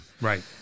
right